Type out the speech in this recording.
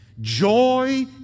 Joy